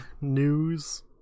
news